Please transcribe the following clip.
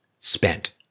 spent